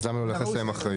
אז למה לא לייחס להם אחריות.